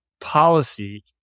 policy